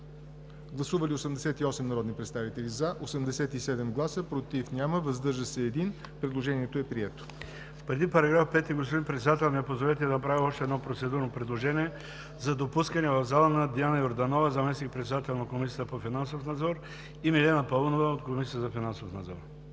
Гласували 88 народни представители: за 87, против няма, въздържал се 1. Предложенията са приети. ДОКЛАДЧИК ХАСАН АДЕМОВ: Господин Председател, позволете ми да направя още едно процедурно предложение – за допускане в залата на Диана Йорданова – заместник-председател на Комисията по финансов надзор, и Милена Паунова от Комисията за финансов надзор.